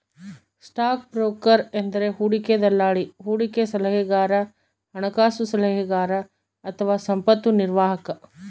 stock broker ಎಂದರೆ ಹೂಡಿಕೆ ದಲ್ಲಾಳಿ, ಹೂಡಿಕೆ ಸಲಹೆಗಾರ, ಹಣಕಾಸು ಸಲಹೆಗಾರ ಅಥವಾ ಸಂಪತ್ತು ನಿರ್ವಾಹಕ